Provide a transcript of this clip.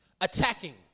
Attacking